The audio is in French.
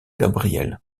gabriel